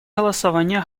голосования